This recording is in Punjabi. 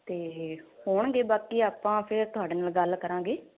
ਤੇ ਹੋਣਗੇ ਬਾਕੀ ਆਪਾਂ ਫਿਰ ਤੁਹਾਡੇ ਨਾਲ ਗੱਲ ਕਰਾਂਗੇ